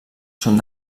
són